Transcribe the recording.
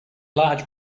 large